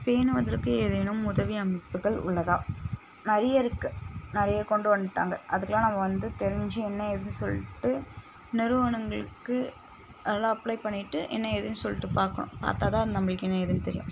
பேணுவதற்கு ஏதேனும் உதவி அமைப்புகள் உள்ளதா நிறைய இருக்கும் நிறைய கொண்டு வந்துட்டாங்க அதுக்கெலாம் நம்ம வந்து தெரிஞ்சு என்ன ஏதுன்னு சொல்லிட்டு நிறுவனங்களுக்கு அதெலாம் அப்ளை பண்ணிட்டு என்ன ஏதுன்னு சொல்லிட்டு பார்க்கணும் பார்த்தா தான் அது நம்மளுக்கு என்ன ஏதுன்னு தெரியும்